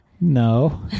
no